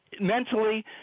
Mentally